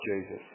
Jesus